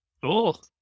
Cool